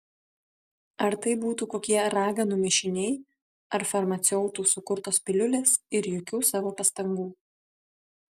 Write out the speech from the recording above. ar tai būtų kokie raganų mišiniai ar farmaceutų sukurtos piliulės ir jokių savo pastangų